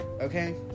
okay